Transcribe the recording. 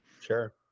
Sure